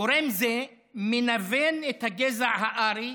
גורם זה מנוון את הגזע הארי